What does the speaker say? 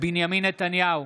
בנימין נתניהו,